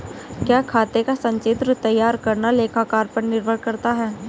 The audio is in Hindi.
क्या खाते का संचित्र तैयार करना लेखाकार पर निर्भर करता है?